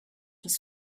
was